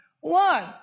one